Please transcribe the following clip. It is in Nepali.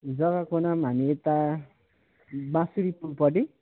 जग्गाको नाम हामी यता बाँसरी पुलपट्टि